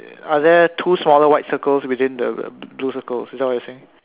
are there two smaller white circles within the the blue circle is that what you're saying